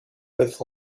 with